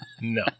No